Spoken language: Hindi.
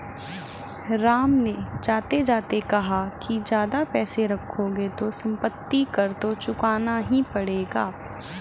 राम ने जाते जाते कहा कि ज्यादा पैसे रखोगे तो सम्पत्ति कर तो चुकाना ही पड़ेगा